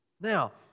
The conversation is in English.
Now